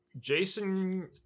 Jason